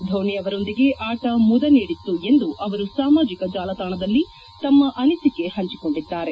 ಧೋನಿ ಅವರೊಂದಿಗೆ ಆಟ ಮುದ ನೀಡಿತ್ತು ಎಂದು ಅವರು ಸಾಮಾಜಿಕ ಜಾಲತಾಣದಲ್ಲಿ ತಮ್ಮ ಅನಿಸಿಕೆ ಹಂಚಿಕೊಂಡಿದ್ದಾರೆ